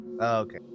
Okay